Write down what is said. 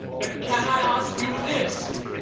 but can i ask you this